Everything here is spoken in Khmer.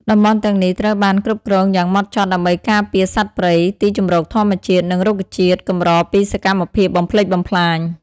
តំបន់ទាំងនេះត្រូវបានគ្រប់គ្រងយ៉ាងម៉ត់ចត់ដើម្បីការពារសត្វព្រៃ ទីជម្រកធម្មជាតិ និងរុក្ខជាតិកម្រពីសកម្មភាពបំផ្លិចបំផ្លាញ។